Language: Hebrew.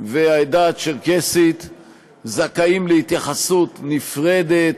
והעדה הצ'רקסית זכאים להתייחסות נפרדת.